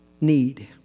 Need